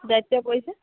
দায়িত্ব পৰিছে